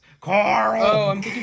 Carl